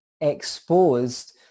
exposed